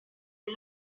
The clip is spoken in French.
est